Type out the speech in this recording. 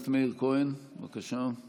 חבר הכנסת מאיר כהן, בבקשה.